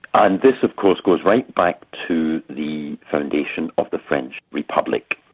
and this of course goes right back to the foundation of the french republic.